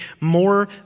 more